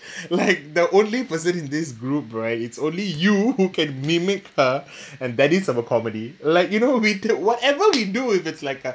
like the only person in this group right it's only you who can mimic her and that is of a comedy like you know we d~ whatever we do if it's like a